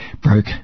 broke